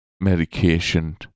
medication